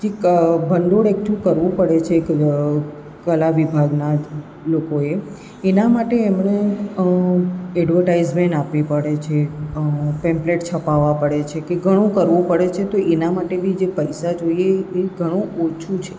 જે ક ભંડોળ એકઠું કરવું પડે છે એક કલા વિભાગના લોકોએ એના માટે એમને એડવર્ટાઈઝમેન્ટ આપવી પડે છે પેમ્પ્લેટ છપાવવા પડે છે ઘણું કરવું પડે છે તો એના માટે બી જે પૈસા જોઈએ એ ઘણું ઓછું છે